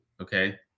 okay